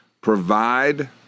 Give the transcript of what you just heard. provide